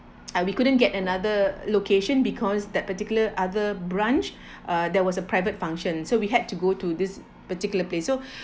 and we couldn't get another location because that particular other branch uh there was a private function so we had to go to this particular place so